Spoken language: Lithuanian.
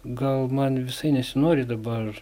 gal man visai nesinori dabar